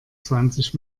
zwanzig